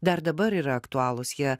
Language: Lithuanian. dar dabar yra aktualūs jie